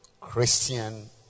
Christian